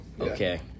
Okay